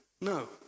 No